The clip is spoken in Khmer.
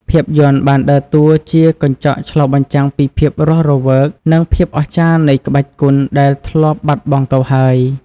ភាពយន្តបានដើរតួជាកញ្ចក់ឆ្លុះបញ្ចាំងពីភាពរស់រវើក និងភាពអស្ចារ្យនៃក្បាច់គុណដែលធ្លាប់បាត់បង់ទៅហើយ។